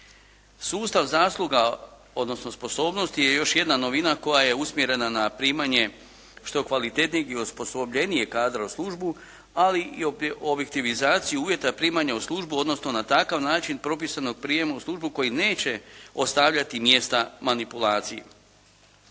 Sustav zasluga, odnosno sposobnosti je još jedna novina koja je usmjerena na primanje što kvalitetnijeg i osposobljenijeg kadra u službu, ali i objektivizaciju uvjeta primanja u službu, odnosno na takav način propisanog prijema u službu koji neće ostavljati mjesta manipulaciji.